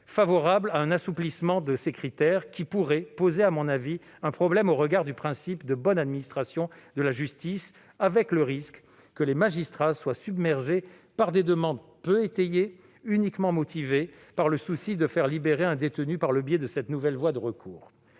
favorable à un assouplissement de ces critères, monsieur Sueur, ce qui pourrait poser à mon avis un problème au regard du principe de bonne administration de la justice, avec le risque que les magistrats ne soient submergés par des demandes peu étayées, uniquement motivées par le souci de faire libérer un détenu par le biais de cette nouvelle voie de recours.